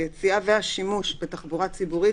היציאה והשימוש בתחבורה ציבורית